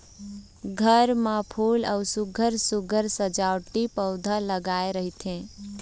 घर म फूल अउ सुग्घर सुघ्घर सजावटी पउधा लगाए रहिथे